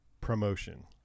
promotion